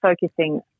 focusing